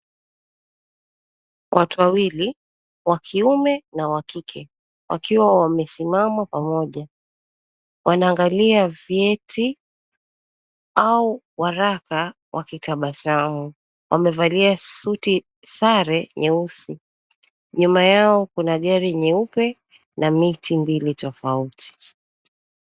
Watu wawili, wa kiume na wa kike, wakiwa wamesimama pamoja. Wanaangalia vyeti au waraka wakitabasamu. Wamevalia suti sare nyeusi. Nyuma yao kuna gari nyeupe na miti mbili tofauti.